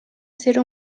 ser